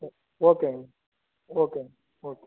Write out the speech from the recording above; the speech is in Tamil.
சேரி ஓகேங்க ஓகேங்க ஓகே